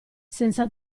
senza